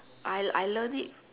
I I learn it